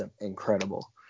incredible